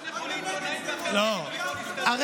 בועז, יש מנכ"לים שיודעים לעבוד ולא, מה?